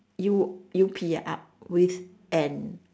U U P up with an